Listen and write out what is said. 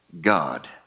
God